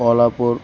Kolhapur